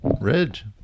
Ridge